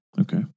Okay